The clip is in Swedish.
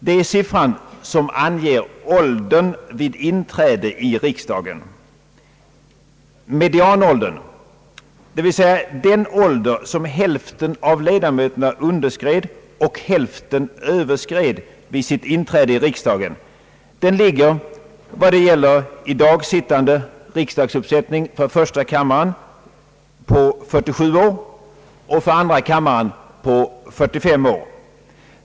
Det är siffran som anger åldern vid inträde i riksdagen. Medianåldern, dvs. den ålder som hälften av ledamöterna underskred och hälften överskred vid sitt inträde i riksdagen, är vad gäller i dag sittande riksdagsuppsättning för första kammarens del 47 år och för andra kammarens 45 år.